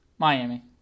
Miami